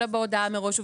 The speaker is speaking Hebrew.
אלא בהודעה מראש ובכתב.